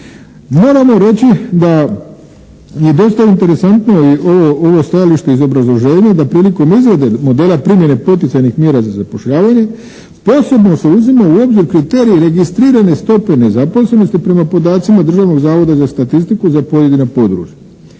Moramo reći da je dosta interesantno i ovo stajalište iz obrazloženja da prilikom izrade modela primjene poticajnih mjera za zapošljavanje, posebno se uzima u obzir kriterij registrirane stope nezaposlenosti prema podacima Državnog zavoda za statistiku za pojedina područja